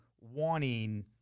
wanting